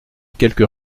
quelques